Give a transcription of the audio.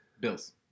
Bills